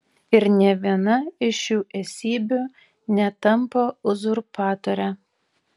ir nė viena iš šių esybių netampa uzurpatore